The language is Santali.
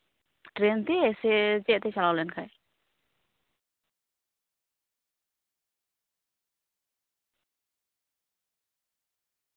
ᱴᱨᱮᱹᱱ ᱛᱮ ᱥᱮ ᱪᱮᱫ ᱛᱮ ᱪᱟᱞᱟᱣ ᱞᱮᱱ ᱠᱷᱟᱡ